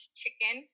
chicken